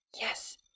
Yes